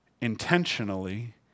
intentionally